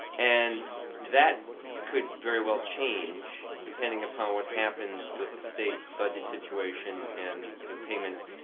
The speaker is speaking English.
and that could very well change depending upon what happens with the state budget situation and the payments,